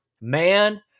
man